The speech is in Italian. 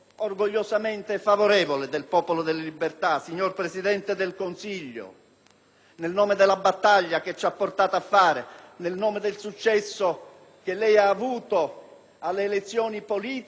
nel nome della battaglia che ci ha portato a fare, nel nome del successo che lei ha avuto alle elezioni politiche e del processo di cambiamento che con il suo Governo abbiamo cominciato a portare avanti